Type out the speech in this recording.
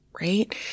right